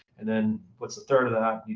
and then what's a third of that?